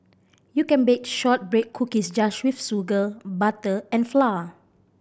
you can bake shortbread cookies just with sugar butter and flour